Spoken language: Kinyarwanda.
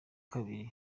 kabiri